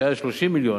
שהיה 30 מיליון,